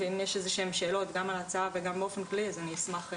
אם יש שאלות כלשהן גם על ההצעה וגם באופן כללי אז אני אשמח.